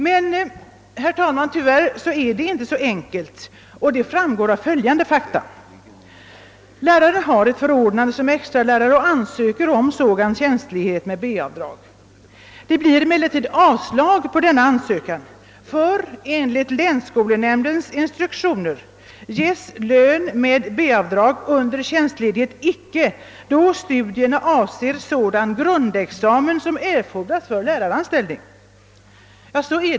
Men, herr talman, det är inte så enkelt, och det framgår av följande fakta. Läraren har ett förordnande som extralärare och ansöker om sådan tjänstledighet med B-avdrag. Det blir emellertid avslag på denna ansökan, ty enligt länsskolnämndens instruktioner ges lön med B-avdrag under tjänstledighet icke, då studierna »avser sådan grundexamen som erfordras för läraranställning».